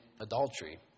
adultery